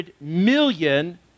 million